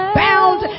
bound